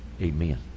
Amen